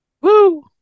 Woo